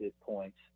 points